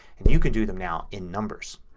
and you can do them now in numbers.